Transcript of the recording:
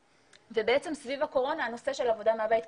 בעצם סביב הקורונה הנושא של עבודה מהבית,